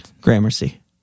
Gramercy